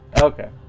Okay